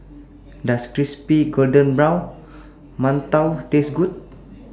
Does Crispy Golden Brown mantou Taste Good